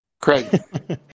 Craig